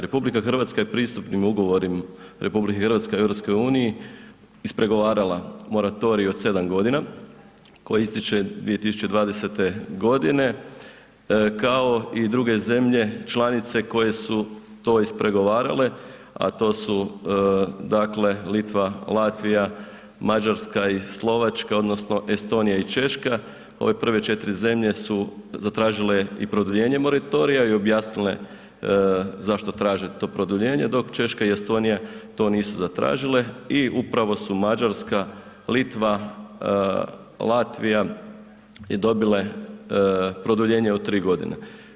RH je pristupnim ugovorima RH u EU-u ispregovarala moratorij od 7 g. koji ističe 2020. g. kao i druge zemlje članice koje su to ispregovarale a to su dakle Litva, Latvija, Mađarska i Slovačka odnosno Estonija i Češka, ove prve 4 zemlje su zatražile i produljenje moratorija i objasnile zašto traže to produljenje dok Češka i Estonija to nisu zatražile i upravo su Mađarska, Litva, Latvija i dobile produljenje od 3 godine.